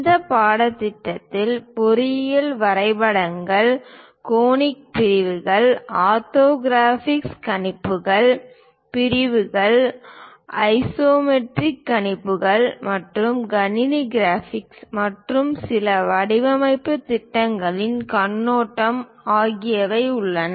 இந்த பாடத்திட்டத்தில் பொறியியல் வரைபடங்கள் கோனிக் பிரிவுகள் ஆர்த்தோகிராஃபிக் கணிப்புகள் பிரிவுகள் ஐசோமெட்ரிக் கணிப்புகள் மற்றும் கணினி கிராபிக்ஸ் மற்றும் சில வடிவமைப்பு திட்டங்களின் கண்ணோட்டம் ஆகியவை உள்ளன